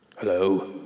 Hello